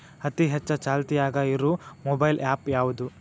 ಅತಿ ಹೆಚ್ಚ ಚಾಲ್ತಿಯಾಗ ಇರು ಮೊಬೈಲ್ ಆ್ಯಪ್ ಯಾವುದು?